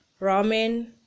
ramen